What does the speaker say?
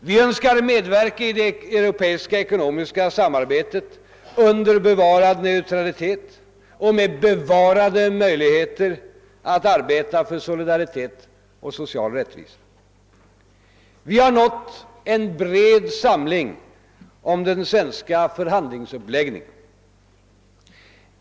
Vi önskar medverka i det europeiska ekonomiska samarbetet under bevarad neutralitet och med bevarade möjligheter att arbeta för solidaritet och social rättvisa. Vi har nått en bred samling om den svenska förhandlingsuppläggningen.